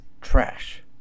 trash